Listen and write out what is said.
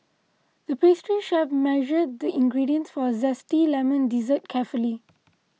the pastry chef measured the ingredients for a Zesty Lemon Dessert carefully